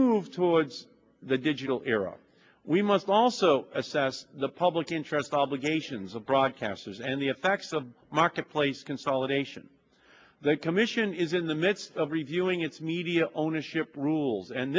towards the digital era we must also assess the public interest obligations of broadcasters and the effects of the marketplace consolidation the commission is in the midst of reviewing its media ownership rules and